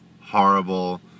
horrible